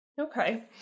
Okay